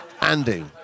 Andy